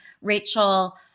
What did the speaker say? Rachel